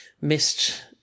missed